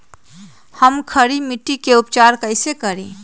हम खड़ी मिट्टी के उपचार कईसे करी?